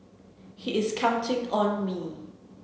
he is counting on me